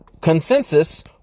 Consensus